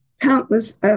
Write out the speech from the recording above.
countless